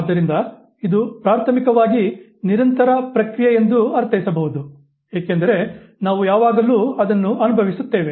ಆದ್ದರಿಂದ ಇದು ಪ್ರಾಥಮಿಕವಾಗಿ ನಿರಂತರ ಪ್ರಕ್ರಿಯೆ ಎಂದು ಅರ್ಥೈಸಬಹುದು ಏಕೆಂದರೆ ನಾವು ಯಾವಾಗಲೂ ಅದನ್ನು ಅನುಭವಿಸುತ್ತೇವೆ